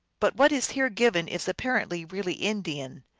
but what is here given is apparently really indian,